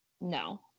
No